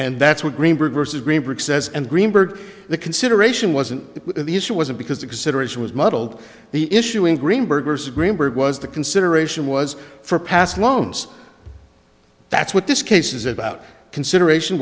and that's what greenberg versus greenberg says and greenberg the consideration wasn't the issue wasn't because exoneration was muddled the issue in greenberg or so greenberg was the consideration was for past loans that's what this case is about consideration